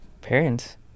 parents